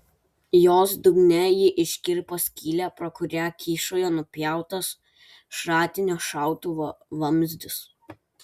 jos dugne ji iškirpo skylę pro kurią kyšojo nupjautas šratinio šautuvo vamzdis